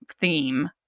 theme